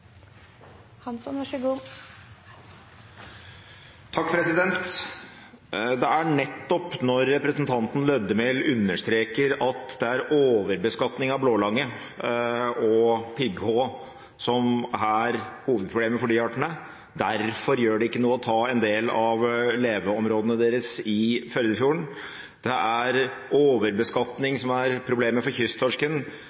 understreker at det er overbeskatning av blålange og pigghå som er hovedproblemene for de artene − derfor gjør det ikke noe å ta en del av leveområdene deres i Førdefjorden, det er overbeskatning som er problemet for kysttorsken,